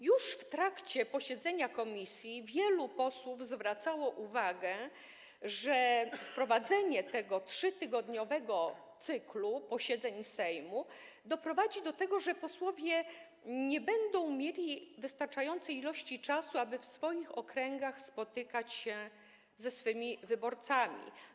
Już w trakcie posiedzenia komisji wielu posłów zwracało uwagę, że wprowadzenie 3-tygodniowego cyklu posiedzeń Sejmu doprowadzi do tego, że posłowie nie będą mieli wystarczająco dużo czasu, aby w swoich okręgach spotykać się ze swoimi wyborcami.